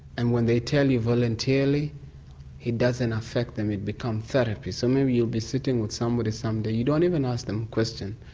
and when they tell you voluntarily it doesn't affect them, it becomes therapy. so maybe you will be sitting with somebody someday, you don't even ask them questions,